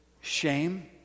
shame